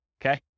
Okay